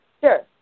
Sure